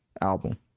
album